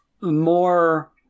more